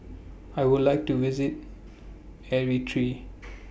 I Would like to visit Eritrea